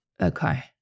Okay